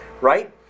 right